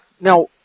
Now